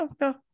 no